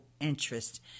interest